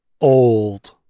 old